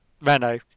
Renault